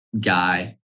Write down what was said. guy